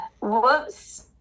Whoops